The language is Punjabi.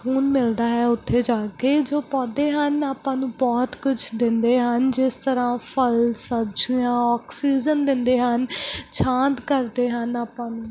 ਸਕੂਨ ਮਿਲਦਾ ਹੈ ਉੱਥੇ ਜਾ ਕੇ ਜੋ ਪੌਦੇ ਹਨ ਆਪਾਂ ਨੂੰ ਬਹੁਤ ਕੁਝ ਦਿੰਦੇ ਹਨ ਜਿਸ ਤਰ੍ਹਾਂ ਫਲ ਸਬਜ਼ੀਆਂ ਔਕਸੀਜਨ ਦਿੰਦੇ ਹਨ ਸ਼ਾਂਤ ਕਰਦੇ ਹਨ ਆਪਾਂ ਨੂੰ